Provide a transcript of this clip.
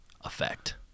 effect